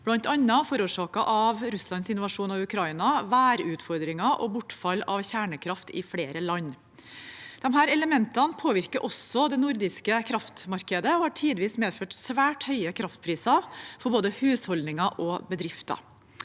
bl.a. forårsaket av Russlands invasjon av Ukraina, værutfordringer og bortfall av kjernekraft i flere land. Disse elementene påvirker også det nordiske kraftmarkedet og har tidvis medført svært høye kraftpriser for både husholdninger og bedrifter.